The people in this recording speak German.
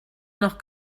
noch